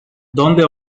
donde